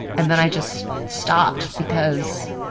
and then i just stopped because